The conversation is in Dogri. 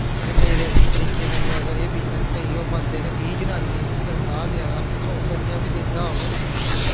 ते मेरे तरीके कन्नै अगर एह् बिजनस स्हेई ओह् बंदे न बीह् जनानियां तनखाह् देआ दा सौ सौ रपेआ बी दिंदा होग